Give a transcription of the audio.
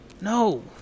No